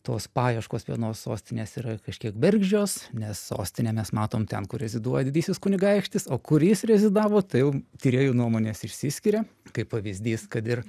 tos paieškos vienos sostinės yra kažkiek bergždžios nes sostinę mes matom ten kur reziduoja didysis kunigaikštis o kur jis rezidavo tai jau tyrėjų nuomonės išsiskiria kaip pavyzdys kad ir